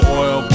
oil